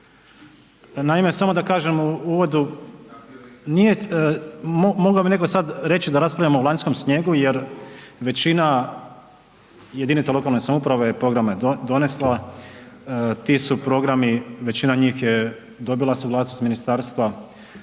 Naime, samo da kažem u uvodu, mogao bi sad netko reći da raspravljamo o lanjskom snijegu jer većina jedinica lokalne samouprave programe je donesla, ti su programi, većina njih je dobila suglasnost ministarstva